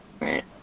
Right